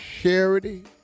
charity